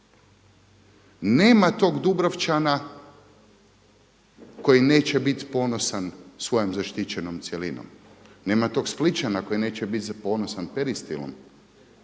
Nema tog Dubrovčana koji neće bit ponosan svojom zaštićenom cjelinom, nema tog Splićana koji neće bit ponosan peristilom,